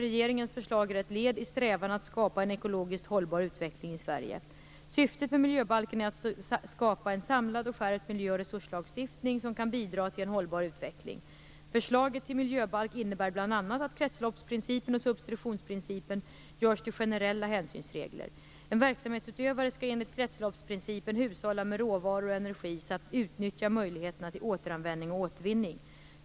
Regeringens förslag är ett led i strävan att skapa en ekologiskt hållbar utveckling i Sverige. Syftet med miljöbalken är att skapa en samlad och skärpt miljö och resurslagstiftning som kan bidra till en hållbar utveckling. Förslaget till miljöbalk innebär bl.a. att kretsloppsprincipen och substitutionsprincipen görs till generella hänsynsregler. En verksamhetsutövare skall enligt kretsloppsprincipen hushålla med råvaror och energi samt utnyttja möjligheterna till återanvändning och återvinning.